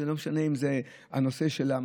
וזה לא משנה אם זה נושא המשקאות,